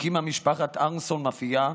הקימה משפחת אהרונסון מאפייה.